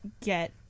get